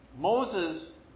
Moses